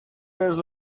days